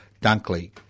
Dunkley